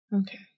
Okay